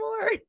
more